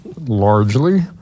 largely